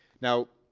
now,